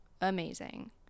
Amazing